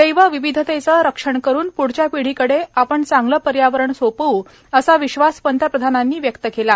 जैव विविधतेचं रक्षण करुन पृढच्या पिढीकडे आपण चांगलं पर्यावरण सोपव असा विश्वास पंतप्रधानांनी व्यक्त केला आहे